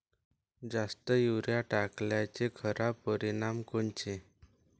जास्त युरीया टाकल्याचे खराब परिनाम कोनचे?